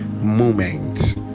moment